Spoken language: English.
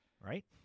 right